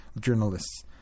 journalists